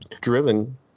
driven